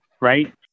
right